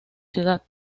ciudad